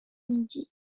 midi